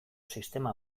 sistema